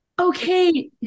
Okay